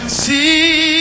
see